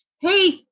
Hey